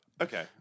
Okay